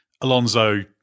Alonso